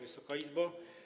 Wysoka Izbo!